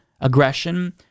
aggression